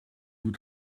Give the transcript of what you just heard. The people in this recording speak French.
vous